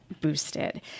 boosted